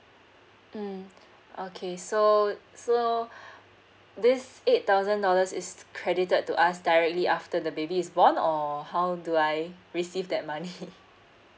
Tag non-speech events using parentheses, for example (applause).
mm okay so so this eight thousand dollars is credited to us directly after the baby is born or how do I receive that money (laughs)